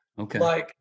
Okay